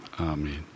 Amen